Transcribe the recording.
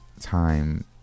time